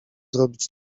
zrobić